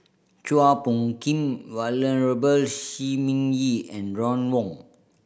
Chua Phung Kim Venerable Shi Ming Yi and Ron Wong